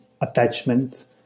attachment